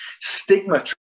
Stigma